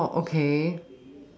oh okay